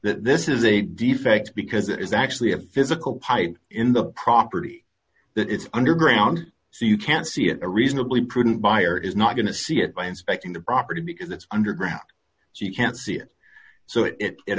this is a defect because it is actually a physical pipe in the property that it's underground so you can see it a reasonably prudent buyer is not going to see it by inspecting the property because it's underground so you can't see it so it